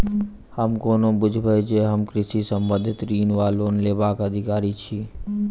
हम कोना बुझबै जे हम कृषि संबंधित ऋण वा लोन लेबाक अधिकारी छी?